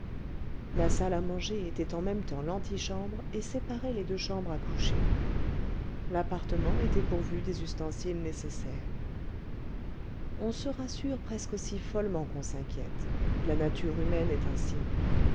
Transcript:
la salle à manger était en même temps l'antichambre et séparait les deux chambres à coucher l'appartement était pourvu des ustensiles nécessaires on se rassure presque aussi follement qu'on s'inquiète la nature humaine est ainsi